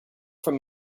from